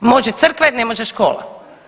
Može crkve, ne može škole.